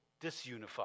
disunified